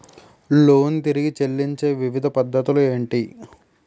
Loan తిరిగి చెల్లించే వివిధ పద్ధతులు ఏంటి?